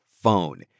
phone